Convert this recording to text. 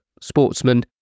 sportsman